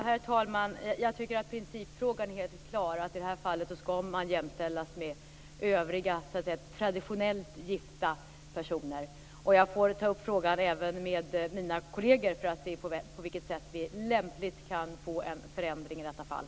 Herr talman! Principfrågan är helt klar. I det här fallet skall man jämställas med övriga traditionellt gifta personer. Jag får ta upp frågan även med mina kolleger för att se på vilket sätt vi lämpligt kan få en förändring i detta fall.